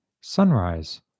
sunrise